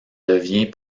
devient